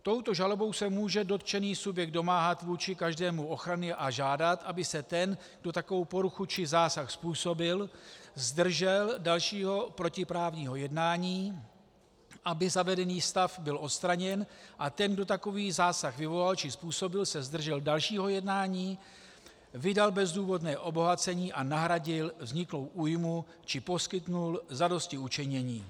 Touto žalobou se může dotčený subjekt domáhat vůči každému ochrany a žádat, aby se ten, kdo takovou poruchu či zásah způsobil, zdržel dalšího protiprávního jednání, aby zavedený stav byl odstraněn a ten, kdo takový zásah vyvolal či způsobil, se zdržel dalšího jednání, vydal bezdůvodné obohacení a nahradil vzniklou újmu či poskytl zadostiučinění.